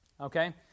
Okay